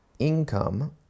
Income